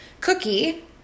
Cookie